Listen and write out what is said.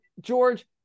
George